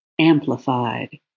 amplified